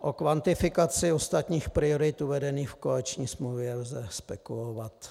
O kvantifikaci ostatních priorit uvedených v koaliční smlouvě lze spekulovat.